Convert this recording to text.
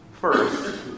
first